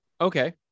okay